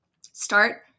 start